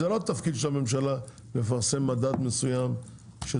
זה רק סך הכול מדובר פה על נתונים לציבור.